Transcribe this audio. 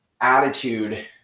attitude